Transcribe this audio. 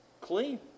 clean